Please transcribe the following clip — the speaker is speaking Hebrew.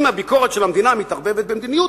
אם הביקורת של המדינה מתערבבת במדיניות,